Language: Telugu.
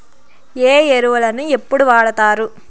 ఏ ఎరువులని ఎప్పుడు వాడుతారు?